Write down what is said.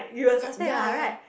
y~ ya ya